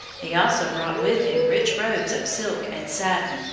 he also brought with him rich robes of silk and satin,